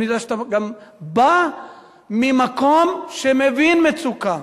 אני יודע גם שאתה בא ממקום שמבין מצוקה,